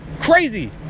crazy